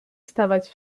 stawać